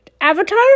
Avatar